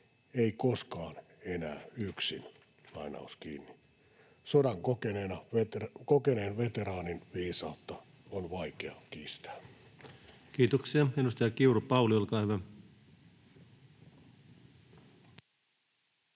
”Ei koskaan enää yksin.” Sodan kokeneen veteraanin viisautta on vaikea kiistää. Kiitoksia. — Edustaja Kiuru, Pauli, olkaa hyvä.